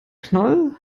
knoll